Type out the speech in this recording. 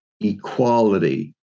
equality